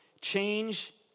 Change